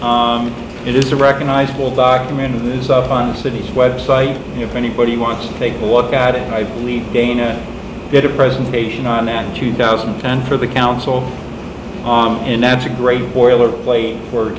students it is a recognizable document and it's up on the city's website if anybody wants to take a walk at it i believe dana did a presentation on that in two thousand and ten for the council on and that's a great boiler plate for the